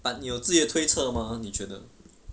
but 你有自己推测吗你觉得